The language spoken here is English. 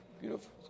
Beautiful